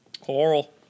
Coral